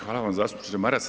E hvala vam zastupniče Maras.